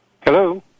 Hello